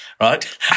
right